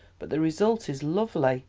but the result is lovely.